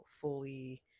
fully